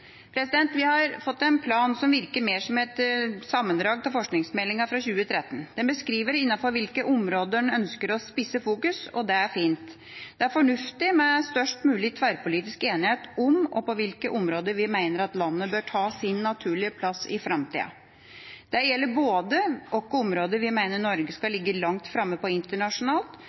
Vi har fått en plan som virker mer som et sammendrag av forskningsmeldinga fra 2013. Den beskriver innenfor hvilke områder en ønsker å spisse fokus, og det er fint. Det er fornuftig med størst mulig tverrpolitisk enighet om og på hvilke områder vi mener at landet bør ta sin naturlige plass i framtida. Det gjelder på hvilke områder vi mener Norge skal